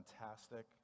fantastic